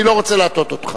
אני לא רוצה להטעות אותך.